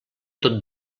tot